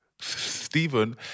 Stephen